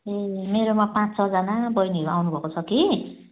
ए मेरोमा पाँच छजाना बहिनीहरू आउनुभएको छ कि